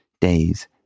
days